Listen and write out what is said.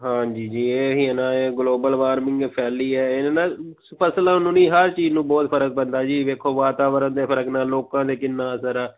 ਹਾਂਜੀ ਜੀ ਇਹ ਹੀ ਹੈ ਨਾ ਇਹ ਗਲੋਬਲ ਵਾਰਮਿੰਗ ਫੈਲੀ ਹੈ ਇਹਦੇ ਨਾਲ ਫ਼ਸਲਾਂ ਨੂੰ ਨਹੀਂ ਹਰ ਚੀਜ਼ ਨੂੰ ਬਹੁਤ ਫ਼ਰਕ ਪੈਂਦਾ ਜੀ ਦੇਖੋ ਵਾਤਾਵਰਨ ਦੇ ਫ਼ਰਕ ਨਾਲ ਲੋਕਾਂ 'ਤੇ ਕਿੰਨਾ ਅਸਰ ਆ